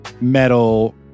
metal